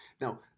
Now